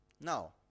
Now